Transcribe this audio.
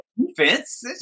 defense